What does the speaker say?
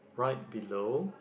right below